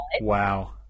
Wow